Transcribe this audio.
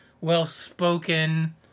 well-spoken